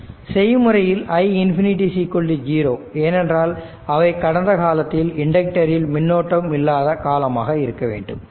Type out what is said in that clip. செய்முறையில் i ∞ 0 ஏனென்றால் அவை கடந்த காலத்தில் இண்டக்டரில் மின்னோட்டம் இல்லாத காலமாக இருக்க வேண்டும்